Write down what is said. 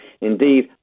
Indeed